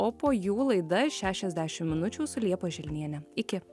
o po jų laida šešiasdešim minučių su liepa želniene iki